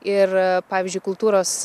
ir pavyzdžiui kultūros